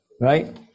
right